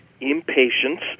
impatience